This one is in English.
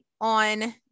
on